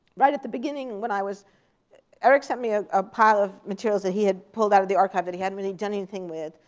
right at the beginning, when i was erik sent me a ah pile of materials that he had pulled out of the archive that he hadn't really done anything with.